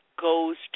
goes